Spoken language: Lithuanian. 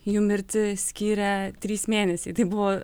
jų mirtį skyrė trys mėnesiai tai buvo